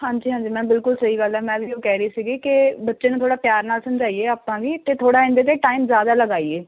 ਹਾਂਜੀ ਹਾਂਜੀ ਮੈਮ ਬਿਲਕੁਲ ਸਹੀ ਗੱਲ ਹੈ ਮੈਂ ਵੀ ਉਹ ਕਹਿ ਰਹੀ ਸੀਗੀ ਕਿ ਬੱਚੇ ਨੂੰ ਥੋੜ੍ਹਾ ਪਿਆਰ ਨਾਲ ਸਮਝਾਈਏ ਆਪਾਂ ਵੀ ਅਤੇ ਥੋੜ੍ਹਾ ਇਹਦੇ 'ਤੇ ਟਾਈਮ ਜ਼ਿਆਦਾ ਲਗਾਈਏ